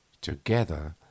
together